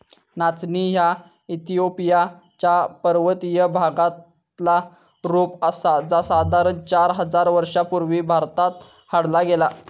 नाचणी ह्या इथिओपिया च्या पर्वतीय भागातला रोप आसा जा साधारण चार हजार वर्षां पूर्वी भारतात हाडला गेला